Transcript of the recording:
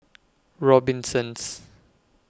Robinsons